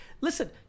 listen